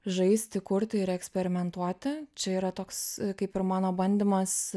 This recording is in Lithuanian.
žaisti kurti ir eksperimentuoti čia yra toks kaip ir mano bandymas